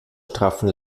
straffen